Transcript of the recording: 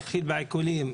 להתחיל בעיקולים,